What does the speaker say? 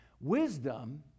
Wisdom